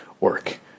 work